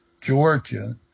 Georgia